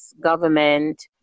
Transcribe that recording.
government